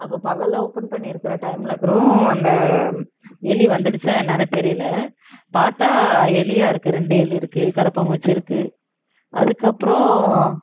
அப்போது பகல் ஓபன் பண்ணியிருக்குற டைமில் கூட அந்த எலி வந்திடுச்சா என்னானே தெரியலை பார்த்தா எலியாக இருக்குது ரெண்டு எலி இருக்குது கரப்பான்பூச்சி இருக்குது அதுக்கு அப்புறம்